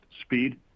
speed